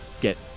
get